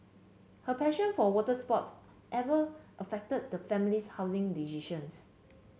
her passion for water sports every affected the family's housing decisions